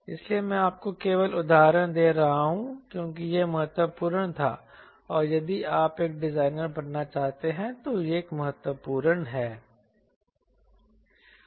इसलिए मैं आपको केवल उदाहरण दे रहा हूं क्योंकि यह महत्वपूर्ण था और यदि आप एक डिजाइनर बनना चाहते हैं तो यह महत्वपूर्ण है